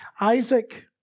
Isaac